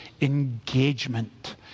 engagement